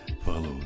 follow